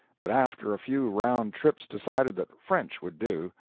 but after a few round trips decided that french would do.